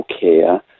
care